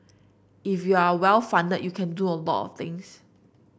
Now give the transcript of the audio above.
if you are well funded you can do a lot of things